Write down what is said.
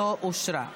לא אושרה.